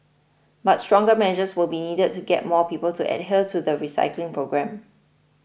but stronger measures will be needed to get more people to adhere to the recycling program